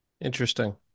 Interesting